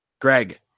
Greg